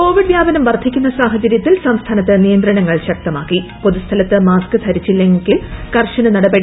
Covid വ്യാപനം വർധിക്കുന്ന് സാഹചര്യത്തിൽ സംസ്ഥാനത്ത് നിയന്ത്രണങ്ങൾ ശക്തമാക്കി പൊതുസ്ഥലത്ത് മാസ്ക് ധ്രിച്ചില്ലെങ്കിൽ കർശന നടപടി